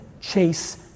Chase